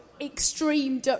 extreme